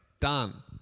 done